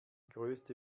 größte